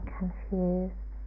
confused